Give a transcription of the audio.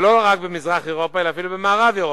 ולא רק במזרח-אירופה אלא אפילו במערב-אירופה.